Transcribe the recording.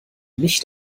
nicht